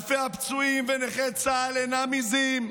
אלפי הפצועים ונכי צה"ל אינם עיזים,